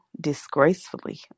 disgracefully